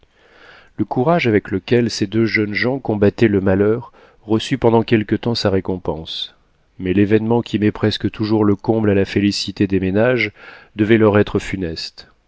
le courage avec lequel ces deux jeunes gens combattaient le malheur reçut pendant quelque temps sa récompense mais l'événement qui met presque toujours le comble à la félicité des ménages devait leur être funeste